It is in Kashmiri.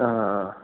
آ آ